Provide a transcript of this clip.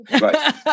Right